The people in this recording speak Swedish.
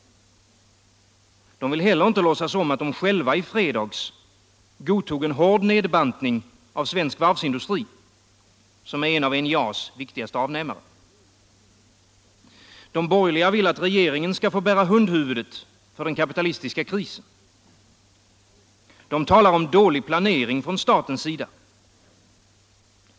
De vill heller inte låtsas om att de själva i fredags godtog en hård nedbantning av svensk varvsindustri, som är en av NJA:s viktigaste avnämare. De borgerliga vill att regeringen skall få bära hundhuvudet för den kapitalistiska krisen. De talar om dålig planering från statens sida.